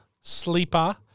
Sleeper